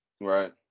Right